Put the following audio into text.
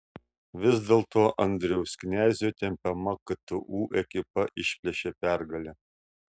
vis dėlto andriaus knezio tempiama ktu ekipa išplėšė pergalę